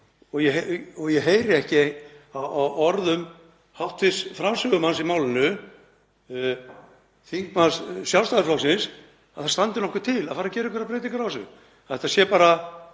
og ég heyri ekki á orðum hv. framsögumanns í málinu, þingmanns Sjálfstæðisflokksins, að það standi nokkuð til að fara að gera einhverja breytingu á þessu, að þetta sé bara